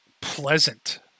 pleasant